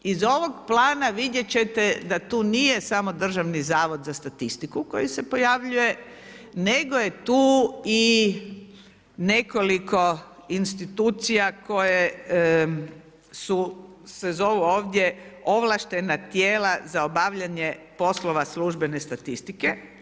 Iz ovog plana vidjeti ćete da tu nije samo Državni zavod za statistiku, koji se pojavljuje, nego je tu i nekoliko institucija koje su se zovu ovdje, ovlaštena tijela za obavljanje poslova službene statistike.